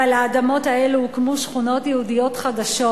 ועל האדמות האלה הוקמו שכונות יהודיות חדשות